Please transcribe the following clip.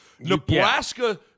Nebraska